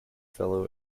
fellow